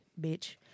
Bitch